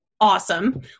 Awesome